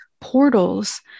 portals